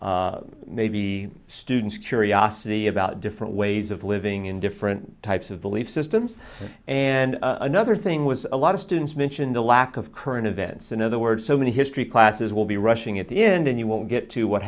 maybe students curiosity about different ways of living in different types of belief systems and another thing was a lot of students mention the lack of current events in other words so many history classes will be rushing at the end and you won't get to what